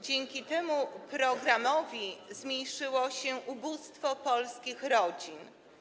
Dzięki temu programowi zmniejszyło się ubóstwo wśród polskich rodzin.